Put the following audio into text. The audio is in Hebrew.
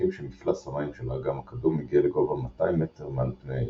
מניחים שמפלס המים של האגם הקדום הגיע לגובה 200 מטר מעל פני הים,